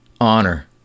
honor